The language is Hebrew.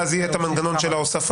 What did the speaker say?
ואז יהיה את המנגנון של ההוספה.